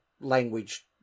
language